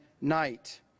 night